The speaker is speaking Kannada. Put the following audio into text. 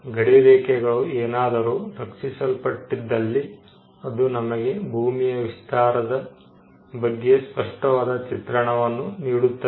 ಗಡಿರೇಖೆಗಳು ಏನಾದರೂ ರಕ್ಷಿಸಲ್ಪಟ್ಟಿದ್ದಲ್ಲಿ ಅದು ನಮಗೆ ಭೂಮಿಯ ವಿಸ್ತಾರದ ಬಗ್ಗೆ ಸ್ಪಷ್ಟವಾದ ಚಿತ್ರಣವನ್ನು ನೀಡುತ್ತದೆ